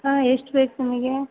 ಹಾಂ ಎಷ್ಟು ಬೇಕು ನಿಮಗೆ